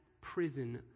prison